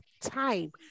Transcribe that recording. time